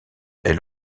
elle